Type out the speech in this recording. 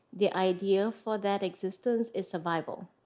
the idea for that existence is survival.